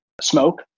smoke